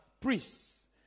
priests